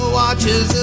watches